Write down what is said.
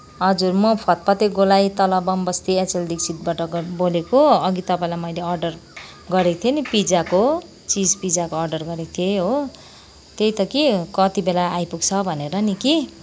हजुर म फत्तफते गोलाइ तल बम बस्ती एचएल दिक्षितबाट बोलेको हो अघि मैले तपाईँलाई अर्डर गरेको थिएँ नि पिज्जाको चिज पिज्जाको अर्डर गरेको थिएँ हो त्यही त के कतिबेला आइपुग्छ भनेर नि कि